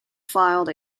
filed